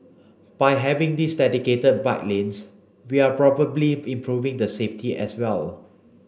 by having these dedicated bike lanes we're probably improving the safety as well